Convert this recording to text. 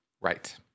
Right